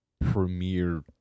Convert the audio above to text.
premier